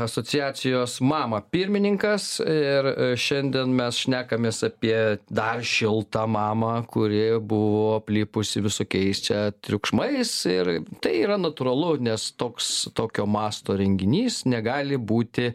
asociacijos mama pirmininkas ir šiandien mes šnekamės apie dar šiltą mamą kuri buvo aplipusi visokiais čia triukšmais ir tai yra natūralu nes toks tokio masto renginys negali būti